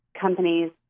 companies